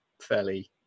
fairly